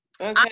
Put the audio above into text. Okay